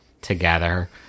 together